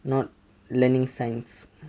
not learning science